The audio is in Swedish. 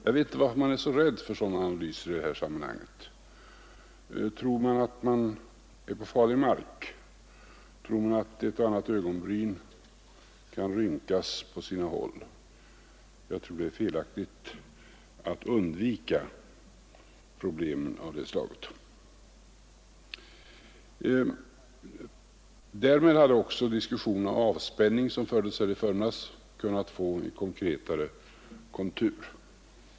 Jag vet inte varför man är så rädd för sådana analyser i detta sammanhang. Tror man att man är på farlig mark? Tror man att ett och annat ögonbryn kan rynkas på sina håll? Jag anser det felaktigt att undvika problem av det slaget. Med en sådan analys så hade också diskussionen om avspänning, som fördes här i förmiddags, kunnat få en konkretare kontur.